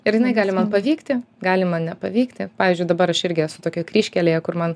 ir jinai gali man pavykti gali man nepavykti pavyzdžiui dabar aš irgi esu tokioje kryžkelėje kur man